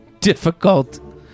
difficult